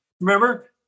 Remember